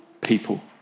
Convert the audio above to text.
people